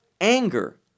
anger